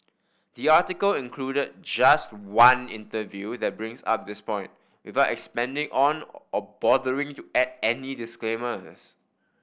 the article included just one interview that brings up this point without expanding on or bothering to add any disclaimers